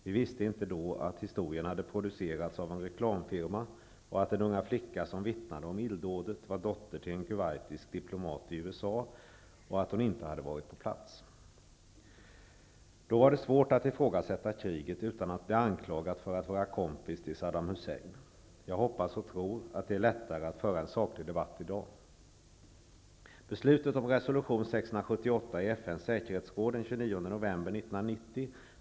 Vi visste inte då att historien hade producerats av en reklamfirma, att den unga flickan som vittnade om illdådet var dotter till en kuwaitisk diplomat i USA och att hon inte hade varit på plats i Kuwait. Då var det svårt att ifrågasätta kriget utan att bli anklagad för att vara kompis till Saddam Hussein. Jag hoppas och tror att det är lättare att föra en saklig debatt i dag.